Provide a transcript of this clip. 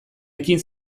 ekin